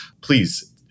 Please